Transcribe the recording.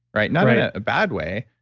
right? not in ah bad way,